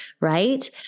right